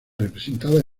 representada